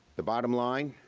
the bottom line,